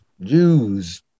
Jews